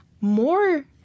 more